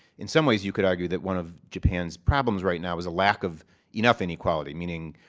in some ways, you could argue that one of japan's problems right now is a lack of enough inequality. meaning,